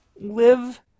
live